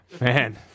Man